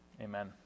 Amen